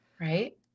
Right